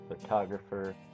photographer